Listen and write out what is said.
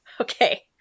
Okay